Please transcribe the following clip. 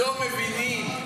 לא מבינים.